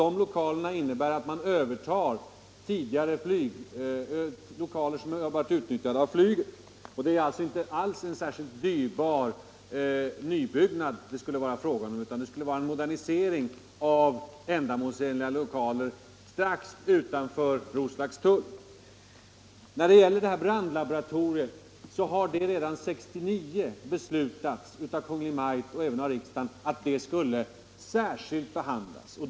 Det betyder att provningsanstalten skulle överta lokaler som tidigare utnyttjats av flyget. Det blir då inte alls fråga om någon särskilt dyrbar nybyggnad utan endast en modernisering av redan befintliga ändamålsenliga lokaler strax utanför Roslagstull. Beträffande brandlaboratoriet har regeringen redan 1969 fattat ett av riksdagen godkänt beslut att laboratoriet skulle särskilt behandlas.